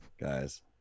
guys